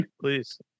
Please